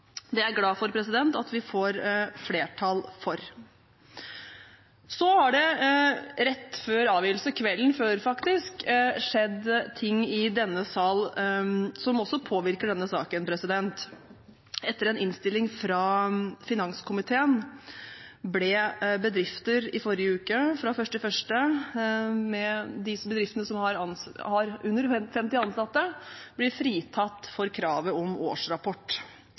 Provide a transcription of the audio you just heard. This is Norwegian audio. Det er jeg glad for at vi får flertall for. Så skjedde det rett før avgivelse – kvelden før, faktisk – ting i denne sal som også påvirker denne saken. Etter en innstilling fra finanskomiteen ble i forrige uke bedrifter som har under 50 ansatte, fritatt for kravet om årsrapport